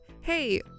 hey